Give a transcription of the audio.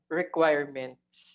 requirements